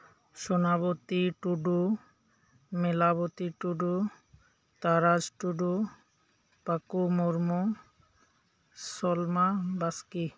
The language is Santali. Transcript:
ᱥᱚᱱᱟ ᱵᱚᱛᱤ ᱴᱩᱰᱩ ᱢᱮᱞᱟ ᱵᱚᱛᱤ ᱴᱩᱰᱩ ᱛᱟᱨᱟᱥ ᱴᱩᱰᱩ ᱯᱟᱹᱠᱩ ᱢᱩᱨᱢᱩ ᱥᱚᱞᱢᱟ ᱵᱟᱥᱠᱤ